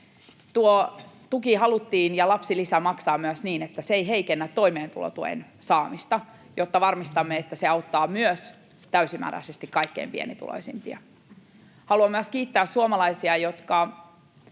Tuo tuki, lapsilisä, haluttiin maksaa myös niin, että se ei heikennä toimeentulotuen saamista, jotta varmistamme, että se auttaa täysimääräisesti myös kaikkein pienituloisimpia. Haluan myös kiittää suomalaisia, joista